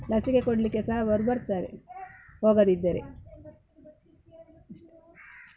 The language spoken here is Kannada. ಲಸಿಕೆ ಕೊಡಲಿಕ್ಕೆ ಸಹ ಅವರು ಬರ್ತಾರೆ ಹೋಗದಿದ್ದರೆ ಇಷ್ಟೆ